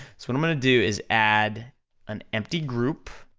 so what i'm gonna do is add an empty group,